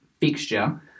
fixture –